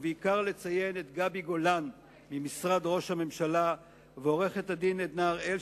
ובעיקר לציין את גבי גולן ממשרד ראש הממשלה ועורכת-דין עדנה הראל,